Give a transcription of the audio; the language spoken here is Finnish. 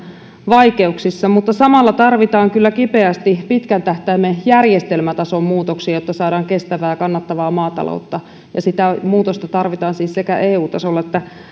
vaikeuksissa mutta samalla tarvitaan kyllä kipeästi pitkän tähtäimen järjestelmätason muutoksia jotta saadaan kestävää ja kannattavaa maataloutta ja sitä muutosta tarvitaan siis sekä eu tasolla että